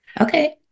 okay